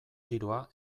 tiroa